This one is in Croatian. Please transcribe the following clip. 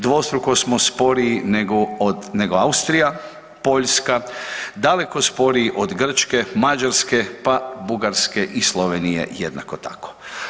Dvostruko smo sporiji nego Austrija, Poljska, daleko sporiji od Grčke, Mađarske, pa Bugarske i Slovenije, jednako tako.